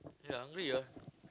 eh hungry ah